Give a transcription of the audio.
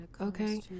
okay